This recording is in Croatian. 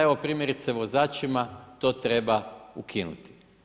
Evo primjerice vozačima to treba ukinuti.